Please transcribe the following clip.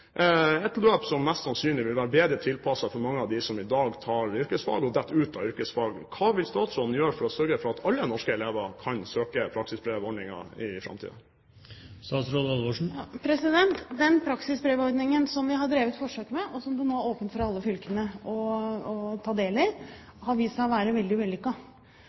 et løp som mest sannsynlig vil være bedre tilpasset mange av dem som i dag tar yrkesfag og detter ut av yrkesfagene. Hva vil statsråden gjøre for å sørge for at alle norske elever kan søke praksisbrevordningen i framtiden? Den praksisbrevordningen som vi har drevet forsøk med, og som det nå er åpent for alle fylkene å ta del i, har vist seg å være veldig